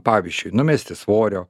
pavyzdžiui numesti svorio